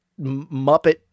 Muppet